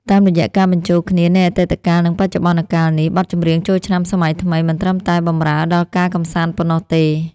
តាមរយៈការបញ្ចូលគ្នានៃអតីតកាល និងបច្ចុប្បន្នកាលនេះ បទចម្រៀងចូលឆ្នាំសម័យថ្មីមិនត្រឹមតែបម្រើដល់ការកម្សាន្តប៉ុណ្ណោះទេ។